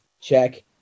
Check